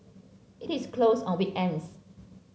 it is closed on weekends